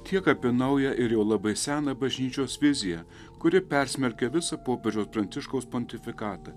tiek apie naują ir jau labai seną bažnyčios viziją kuri persmelkia visą popiežiaus pranciškaus pontifikatą